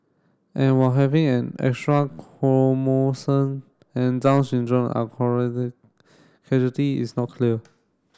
and while having an extra chromosome and Down syndrome are causality is not clear